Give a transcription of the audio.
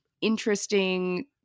interesting